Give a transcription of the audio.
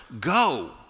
Go